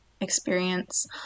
experience